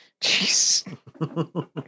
Jeez